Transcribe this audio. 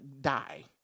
die